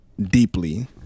deeply